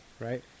right